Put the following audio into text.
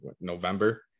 November